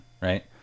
right